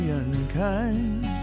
unkind